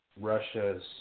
Russia's